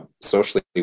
socially